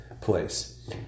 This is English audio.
place